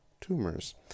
tumors